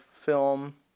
film